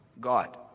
God